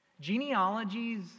Genealogies